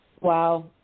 Wow